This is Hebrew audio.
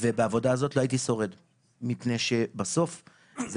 ובעבודה הזאת לא הייתי שורד מפני שבסוף זה